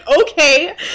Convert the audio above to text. okay